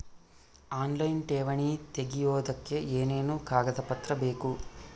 Online ಠೇವಣಿ ತೆಗಿಯೋದಕ್ಕೆ ಏನೇನು ಕಾಗದಪತ್ರ ಬೇಕು?